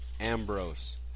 Ambrose